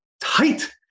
tight